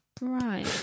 Right